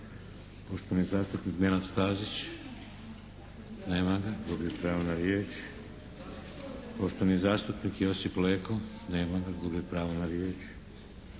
Poštovani zastupnik Nenad Stazić. Nema ga, gubi pravo na riječ. Poštovani zastupnik Josip Leko. Nema ga, gubi pravo na riječ.